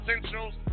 Essentials